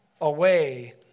away